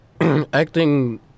acting